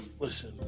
listen